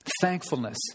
Thankfulness